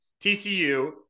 TCU